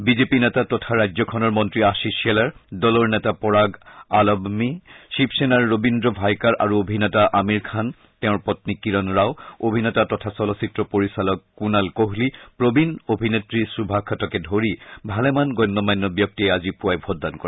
BJP নেতা তথা ৰাজ্যখনৰ মন্ত্ৰী আশীচ চেলাৰ দলৰ নেতা পৰাগ আলাবমী শিৱসেনাৰ ৰবীন্দ্ৰ ভাইকাৰ আৰু অভিনেতা আমিৰখান তেওঁৰ পন্নী কিৰণ ৰাও অভিনেতা তথা চলচিত্ৰ পৰিচালক কুনাল কোহলী প্ৰবীণ অভিনেত্ৰী সুভা খটেকে ধৰি ভালেমান গণ্য মান্য ব্যক্তিয়ে আজিপুৱাই ভোটদান কৰে